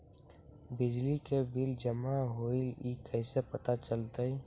बिजली के बिल जमा होईल ई कैसे पता चलतै?